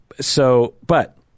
so—but